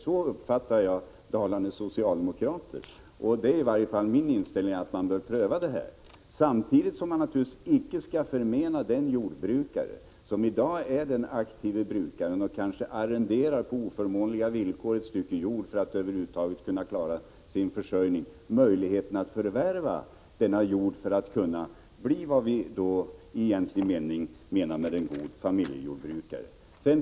Så uppfattar jag Dalarnas socialdemokraters uttalande, och det är i varje fall min inställning att man bör pröva detta, samtidigt som man naturligtvis icke skall förmena den jordbrukare, som i dag är en aktiv brukare och kanske på oförmånliga villkor arrenderar ett stycke jord för att över huvud taget kunna klara sin försörjning, möjligheterna att förvärva denna jord för att kunna bli vad vi i egentlig mening menar med en god familjejordbrukare.